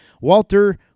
Walter